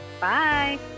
Bye